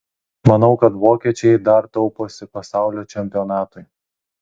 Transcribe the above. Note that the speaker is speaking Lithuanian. manau kad vokiečiai dar tauposi pasaulio čempionatui